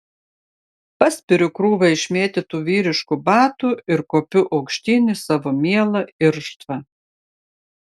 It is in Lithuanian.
paspiriu krūvą išmėtytų vyriškų batų ir kopiu aukštyn į savo mielą irštvą